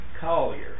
Collier